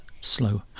Slow